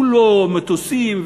כולו מטוסים,